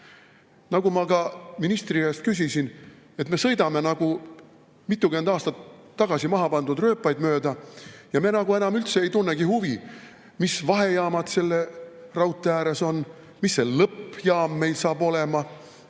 Nagu ma ka ministri käest küsides ütlesin: me sõidame nagu mitukümmend aastat tagasi maha pandud rööpaid mööda ja me enam üldse ei tunne huvi, mis vahejaamad selle raudtee ääres on, mis see lõppjaam meil saab olema,